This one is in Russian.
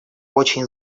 очень